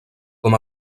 com